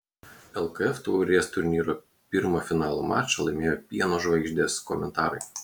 lkf taurės turnyro pirmą finalo mačą laimėjo pieno žvaigždės komentarai